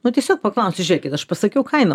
nu tiesiog paklausti žiūrėkit aš pasakiau kainą